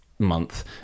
month